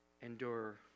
endure